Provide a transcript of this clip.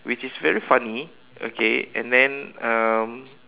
which is very funny okay and then um